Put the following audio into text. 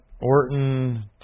Orton